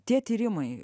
tie tyrimai